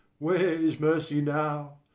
where is mercy now?